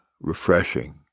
refreshing